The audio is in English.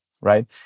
right